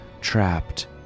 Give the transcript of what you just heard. trapped